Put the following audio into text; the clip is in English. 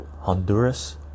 Honduras